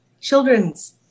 children's